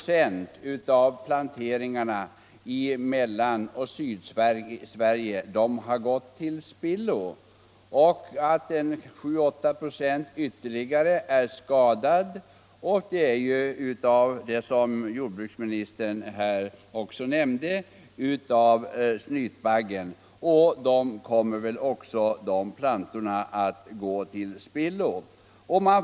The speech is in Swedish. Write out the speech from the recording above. av planteringarna i Mellansverige och Sydsverige har gått till spillo och att 7 å 8 "o ytterligare är skadade genom angrepp av snytbaggen. Även de skadade plantorna kommer troligen att gå till spillo.